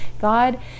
God